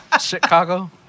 Chicago